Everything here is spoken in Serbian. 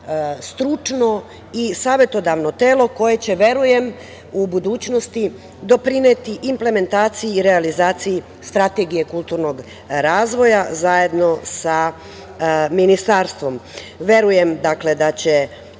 stručno i savetodavno telo koje će, verujem, u budućnosti doprineti implementaciji i realizaciji strategije kulturnog razvoja zajedno sa Ministarstvom. Verujem, dakle, da će